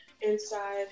inside